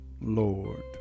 Lord